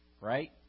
right